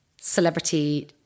celebrity